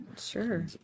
Sure